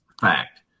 fact